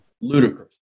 Ludicrous